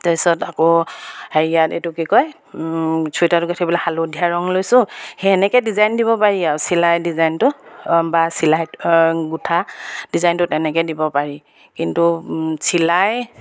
তাৰপিছত আকৌ হেৰিয়াত এইটো কি কয় চুৱেটাৰটো গোঁঠিবলৈ হালধীয়া ৰং লৈছোঁ সেই এনেকৈ ডিজাইন দিব পাৰি আৰু চিলাই ডিজাইনটো বা চিলাই গোঁঠা ডিজাইনটো তেনেকৈ দিব পাৰি কিন্তু চিলাই